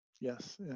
Yes